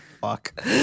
fuck